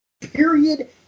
Period